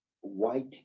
white